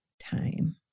time